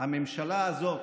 הממשלה הזאת